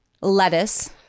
lettuce